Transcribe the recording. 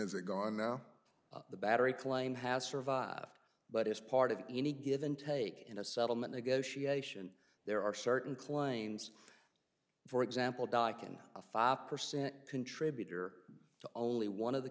it gone now the battery claim has survived but is part of any given take in a settlement negotiation there are certain claims for example dock and a five percent contributor to only one of the